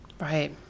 Right